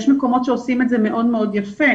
יש מקומות שעושים את זה מאוד יפה,